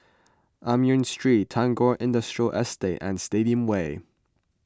Amoy Street Tagore Industrial Estate and Stadium Way